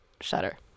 Shutter